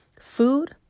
Food